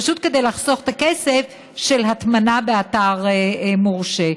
פשוט כדי לחסוך את הכסף של הטמנה באתר מורשה.